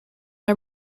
are